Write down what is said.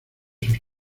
sus